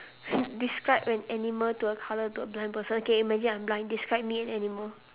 describe an animal to a colour bli~ blind person okay imagine I'm blind describe me an animal